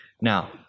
now